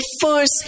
force